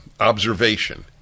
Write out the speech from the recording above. observation